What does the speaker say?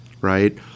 right